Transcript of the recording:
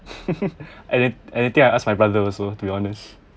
and anything I ask my brother also to be honest